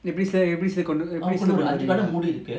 அஞ்சுகடைமூடிருக்கே:anju kada moodiruke